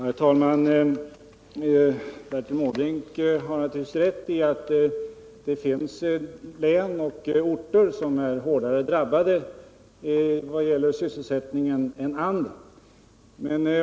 Herr talman! Bertil Måbrink har naturligtvis rätt i att det finns län och orter som är hårdare drabbade vad gäller sysselsättningen än andra.